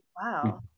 Wow